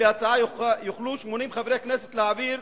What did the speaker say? לפי ההצעה יוכלו 80 חברי כנסת להעביר